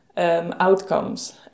Outcomes